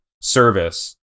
service